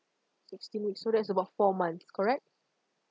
sixteen weeks so that's about four months correct